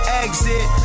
exit